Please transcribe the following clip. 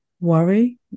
worry